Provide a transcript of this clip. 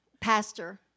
pastor